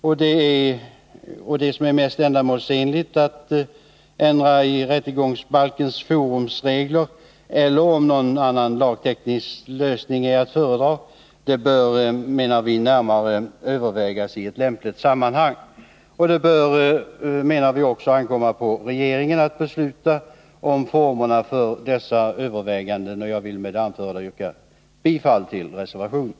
Om det är mest ändamålsenligt att ändra rättegångsbalkens forumregler eller om någon annan lagteknisk lösning är att föredra, bör närmare övervägas i lämpligt sammanhang. Det bör enligt vår mening ankomma på regeringen att besluta om formerna för dessa överväganden. Jag vill med det anförda yrka bifall till reservationen.